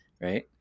right